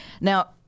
Now